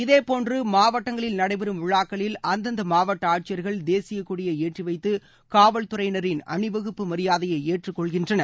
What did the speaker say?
இதேபோன்று மாவட்டங்களில் நடைபெறும் விழாக்களில் அந்தந்த மாவட்ட ஆட்சியர்கள் தேசியக் கொடியை ஏற்றி வைத்து காவல் துறையினரின் அணிவகுப்பு மரியாதையை ஏற்றுக் கொள்கின்றனர்